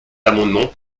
amendement